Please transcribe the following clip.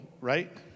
right